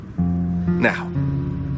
Now